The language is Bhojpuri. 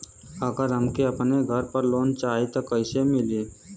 अगर हमके अपने घर पर लोंन चाहीत कईसे मिली?